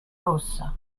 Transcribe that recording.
rossa